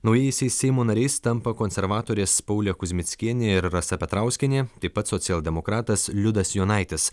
naujaisiais seimo nariais tampa konservatorės paulė kuzmickienė ir rasa petrauskienė taip pat socialdemokratas liudas jonaitis